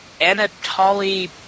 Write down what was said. Anatoly